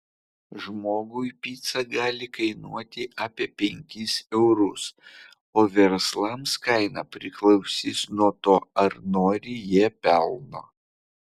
žmogui pica gali kainuoti apie penkis eurus o verslams kaina priklausys nuo to ar nori jie pelno